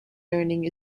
learning